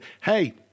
hey